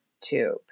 tube